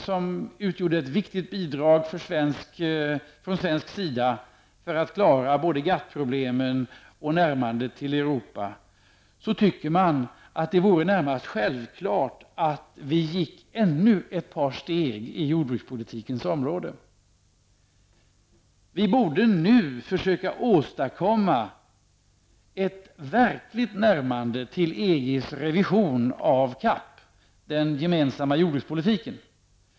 Det utgjorde ett viktigt bidrag från svensk sida för att klara både GATT-problemen och närmandet till Europa. När man tänker på detta vore det närmast självklart att vi gick ännu ett par steg på jordbrukspolitikens område. Vi borde nu försöka åstadkomma ett verkligt närmande till EGs revision av CAP, den gemensamma jordbrukspolitiken.